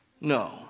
No